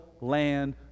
land